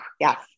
Yes